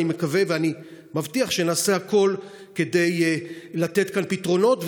אני מקווה ואני מבטיח שנעשה הכול כדי לתת כאן פתרונות.